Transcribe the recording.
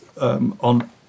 on